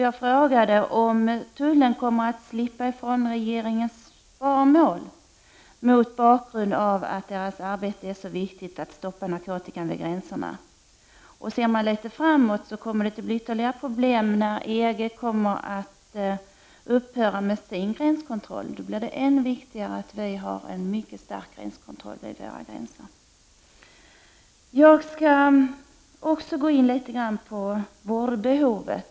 Jag frågade om tullen kommer att slippa ifrån regeringens sparmål mot bakgrund av att dess arbete med att stoppa narkotikan vid gränserna är så viktigt. Om man ser framåt kan man konstatera att det kommer att uppstå ytterligare problem när EG upphör med sin gränskontroll. Då blir det ännu viktigare att vi har en mycket stark kontroll vid våra gränser. Jag skall också gå in på frågan om vårdbehovet.